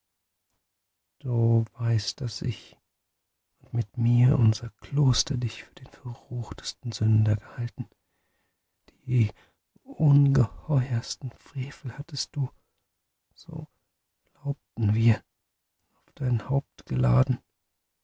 du weißt daß ich und mit mir unser kloster dich für den verruchtesten sünder gehalten die ungeheuersten frevel hattest du so glaubten wir auf dein haupt geladen